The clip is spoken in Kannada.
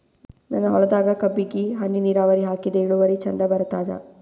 ನನ್ನ ಹೊಲದಾಗ ಕಬ್ಬಿಗಿ ಹನಿ ನಿರಾವರಿಹಾಕಿದೆ ಇಳುವರಿ ಚಂದ ಬರತ್ತಾದ?